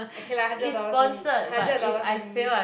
okay lah hundred dollars only hundred dollars only